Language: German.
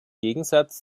gegensatz